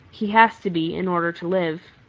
he has to be, in order to live.